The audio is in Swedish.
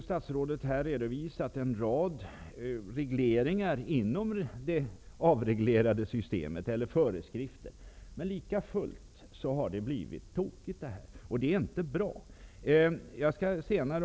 Statsrådet har nu redovisat en rad föreskrifter inom det avreglerade systemet, men likafullt har det blivit tokigt. Det är inte bra.